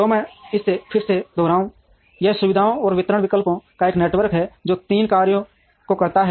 तो मैं इसे फिर से दोहराऊं यह सुविधाओं और वितरण विकल्पों का एक नेटवर्क है जो तीन कार्यों को करता है